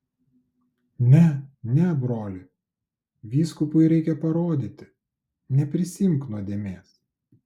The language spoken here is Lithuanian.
ne ne broli vyskupui reikia parodyti neprisiimk nuodėmės